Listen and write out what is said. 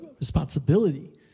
responsibility